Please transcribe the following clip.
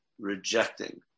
rejecting